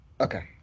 Okay